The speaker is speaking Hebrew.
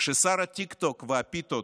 כששר הטיקטוק והפיתות,